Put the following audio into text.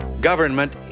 Government